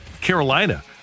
Carolina